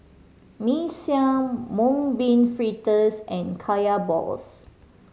Mee Siam Mung Bean Fritters and Kaya balls